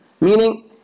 meaning